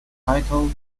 title